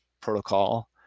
protocol